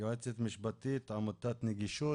יועצת משפטית עמותת נגישות.